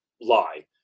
lie